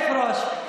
אדוני היושב-ראש,